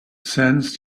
sensed